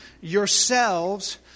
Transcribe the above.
yourselves